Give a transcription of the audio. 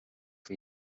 bhí